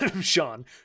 Sean